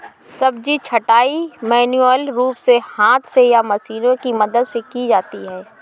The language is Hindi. सब्जी छँटाई मैन्युअल रूप से हाथ से या मशीनों की मदद से की जाती है